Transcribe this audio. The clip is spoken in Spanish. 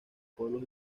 pueblos